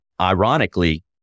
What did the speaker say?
ironically